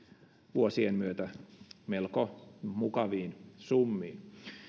vuosien myötä melko mukaviin summiin